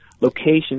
location